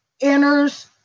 enters